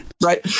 Right